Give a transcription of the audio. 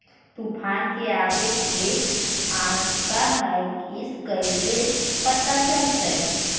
तुफान के आबे के आशंका है इस कैसे पता चलतै?